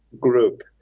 group